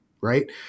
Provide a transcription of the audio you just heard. right